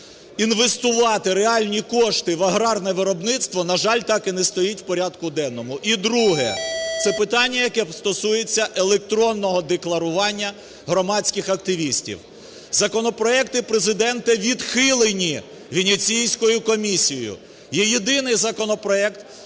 інвестувати реальні кошти в аграрне виробництво, на жаль, так і не стоїть в порядку денному. І друге. Це питання, яке стосується електронного декларування громадських активістів. Законопроекти Президента відхилені Венеціанською комісією. Є єдиний законопроект,